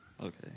Okay